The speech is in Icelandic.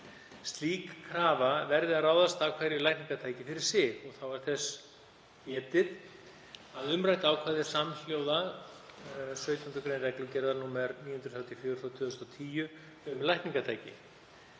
Slík krafa verði að ráðast af hverju lækningatæki fyrir sig. Þá er þess getið að umrætt ákvæði er samhljóða 17. gr. reglugerðar nr. 934/2010, um lækningatæki.